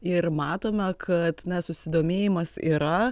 ir matome kad susidomėjimas yra